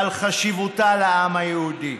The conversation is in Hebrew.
על חשיבותה לעם היהודי.